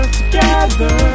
together